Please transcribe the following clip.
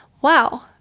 wow